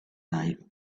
night